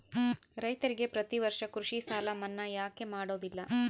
ರೈತರಿಗೆ ಪ್ರತಿ ವರ್ಷ ಕೃಷಿ ಸಾಲ ಮನ್ನಾ ಯಾಕೆ ಮಾಡೋದಿಲ್ಲ?